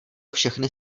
všechny